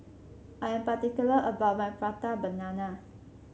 I am particular about my Prata Banana